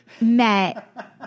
met